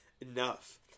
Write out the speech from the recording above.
enough